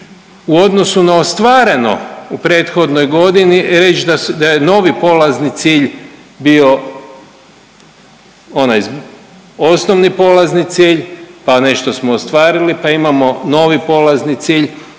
u odnosu na ostvareno u prethodnoj godini reć da je novi polazni cilj bio onaj osnovni polazni cilj, pa nešto smo ostvarili, pa imamo novi polazni cilj,